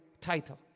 title